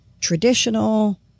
traditional